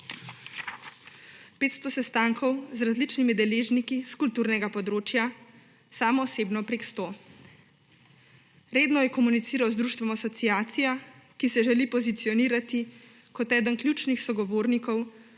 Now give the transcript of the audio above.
500 sestankov z različnimi deležniki s kulturnega področja, sam osebno prek 100. Redno je komuniciral z društvom Asociacija, ki se želi pozicionirati kot eden ključnih sogovornikov